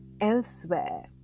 elsewhere